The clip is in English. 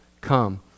Come